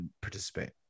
participate